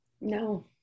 no